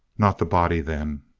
not the body, then.